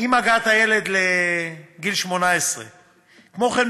עם הגעת הילד לגיל 18. כמו כן,